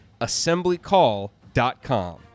assemblycall.com